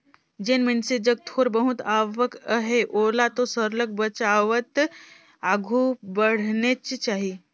जेन मइनसे जग थोर बहुत आवक अहे ओला तो सरलग बचावत आघु बढ़नेच चाही